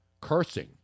cursing